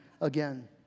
again